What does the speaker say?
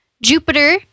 Jupiter